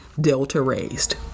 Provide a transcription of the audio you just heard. Delta-raised